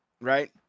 Right